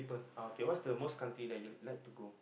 okay what's the most country that you'd like to go